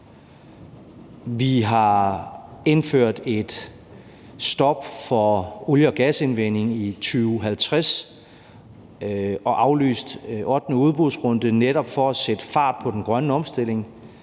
Vi har indført et stop for olie- og gasindvinding i 2050 og aflyst den ottende udbudsrunde netop for at sætte fart på den grønne omstilling.